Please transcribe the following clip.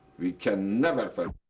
we can never